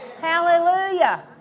Hallelujah